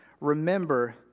remember